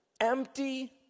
empty